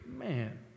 man